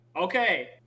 Okay